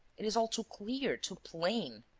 it is all too clear, too plain.